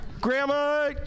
Grandma